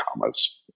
commas